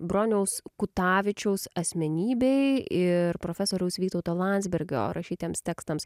broniaus kutavičiaus asmenybei ir profesoriaus vytauto landsbergio rašytiems tekstams